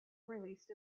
released